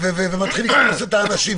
ומתחיל לקנוס את האנשים,